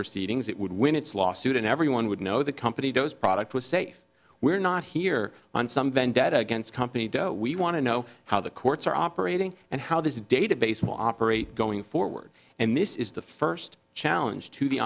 proceedings that would win its lawsuit and everyone would know the company does product was safe we're not here on some vendetta against company we want to know how the courts are operating and how this database will operate going forward and this is the first challenge to the